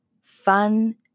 fun